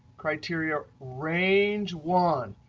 criteria range one.